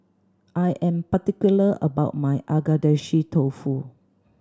I am particular about my Agedashi Dofu